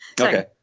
Okay